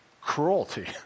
cruelty